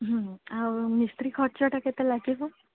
ଆଉ ମିସ୍ତ୍ରୀ ଖର୍ଚ୍ଚଟା କେତେ ଲାଗିବ